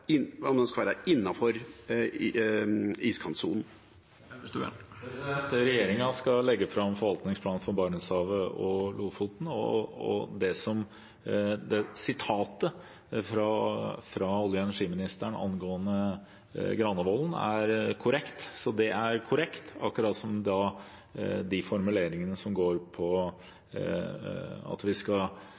skal legge fram forvaltningsplanen for Barentshavet og Lofoten, og sitatet fra olje- og energiministeren angående Granavolden-plattformen er korrekt. Det er korrekt, akkurat som de formuleringene som går på at vi, i lys av anbefalinger fra Faglig forum, også skal